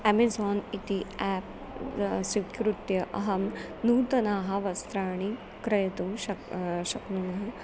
Amazon इति app स्वीकृत्य अहं नूतनाः वस्त्राणि क्रेतुं शक्यं शक्नुमः